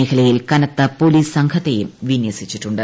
മേഖലയിൽ കനത്ത പോലീസ് സംഘത്തെയും വിന്യസിച്ചിട്ടുണ്ട്